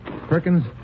Perkins